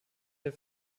der